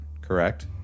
correct